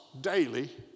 daily